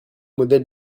modèle